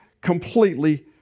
completely